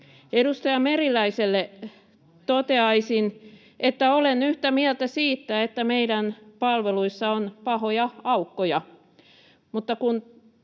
[Leena Meri: Meri!] toteaisin, että olen yhtä mieltä siitä, että meidän palveluissa on pahoja aukkoja.